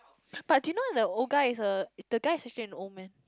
but did you know the old guy is a the guy is an old man